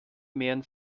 mehren